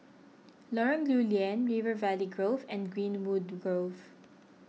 Lorong Lew Lian River Valley Grove and Greenwood Grove